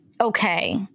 Okay